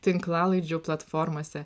tinklalaidžių platformose